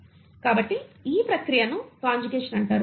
కాబట్టి ఈ ప్రక్రియను కాంజుగేషన్ అంటారు